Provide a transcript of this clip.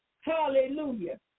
Hallelujah